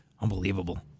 Unbelievable